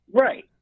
right